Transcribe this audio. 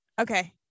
Okay